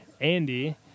Andy